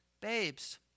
babes